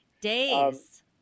days